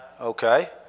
Okay